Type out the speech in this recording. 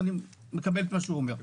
ואני מקבל את מה שהוא אומר.